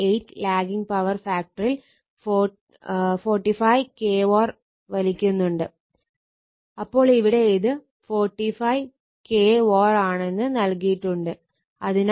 8 lagging power ഫാക്ടറിൽ 45 k VAr വലിക്കുന്നുണ്ട് അപ്പോൾ ഇവിടെ ഇത് 45 kVAr ആണെന്ന് നൽകിയിട്ടുണ്ട് അതിനാൽ 0